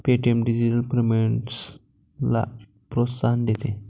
Paytm digital पेमेंट्सला प्रोत्साहन देते